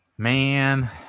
Man